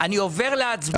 אני עובר להצבעה.